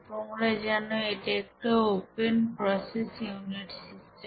তোমরা জানো এটা একটা ওপেন প্রসেস ইউনিট সিস্টেম